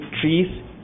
trees